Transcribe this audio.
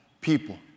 people